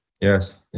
Yes